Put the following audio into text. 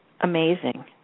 Amazing